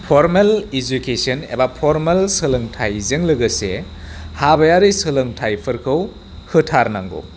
formal education एबा formal सोलोंथाइजों लोगोसे हाबायारि सोलोंथाइफोरखौ होथारनांगौ